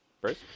Bruce